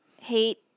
hate